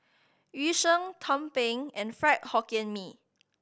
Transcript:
Yu Sheng tumpeng and Fried Hokkien Mee